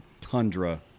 tundra